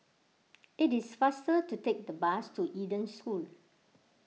it is faster to take the bus to Eden School